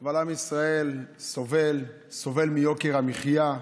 אבל עם ישראל סובל, סובל מיוקר המחיה.